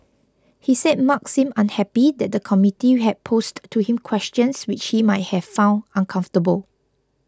he said Mark seemed unhappy that the committee had posed to him questions which he might have found uncomfortable